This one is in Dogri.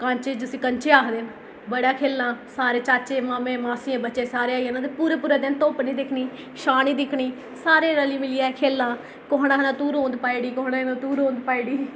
जिसी कंचे आखदे न बड़ा खेलना सारे चाचे मामे मोसियां बच्चे सारें आई आना पूरा पूरा दिन तोप नीं दिखनी छां नीं दिखनी सारें रली मिलियै खेलना कुसै ने आखना तूं रोंद पाई कुसै ने आखना तूं रोंद पाई दी